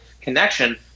connection